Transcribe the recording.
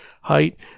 height